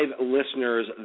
listeners